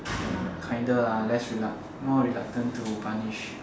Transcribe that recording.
like kinder ah less more reluctant to punish